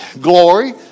glory